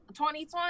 2020